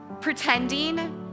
pretending